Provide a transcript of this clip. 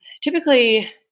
typically